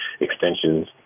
extensions